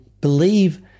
believe